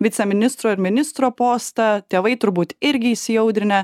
viceministro ir ministro postą tėvai turbūt irgi įsiaudrinę